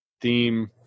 theme